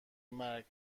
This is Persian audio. مرگ